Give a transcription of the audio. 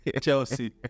Chelsea